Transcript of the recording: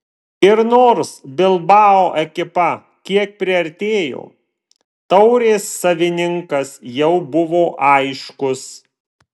ir nors bilbao ekipa kiek priartėjo taurės savininkas jau buvo aiškus